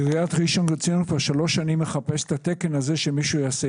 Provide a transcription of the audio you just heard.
עיריית ראשון לציון כבר שלוש שנים מחפשת את התקן הזה שמישהו יעשה.